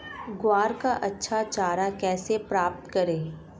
ग्वार का अच्छा चारा कैसे प्राप्त करें?